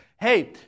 hey